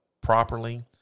properly